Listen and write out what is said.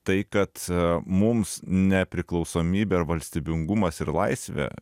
tai kad mums nepriklausomybė ir valstybingumas ir laisvė